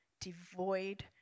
devoid